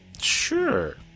Sure